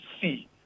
see